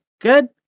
good